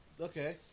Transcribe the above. okay